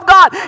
God